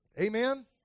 Amen